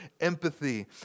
empathy